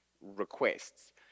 requests